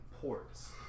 ports